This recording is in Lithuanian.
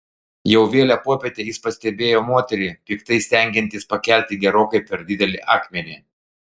jau vėlią popietę jis pastebėjo moterį piktai stengiantis pakelti gerokai per didelį akmenį